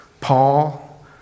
Paul